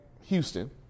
Houston